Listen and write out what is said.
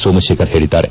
ಸೋಮಶೇಖರ್ ಹೇಳಿದ್ದಾರೆ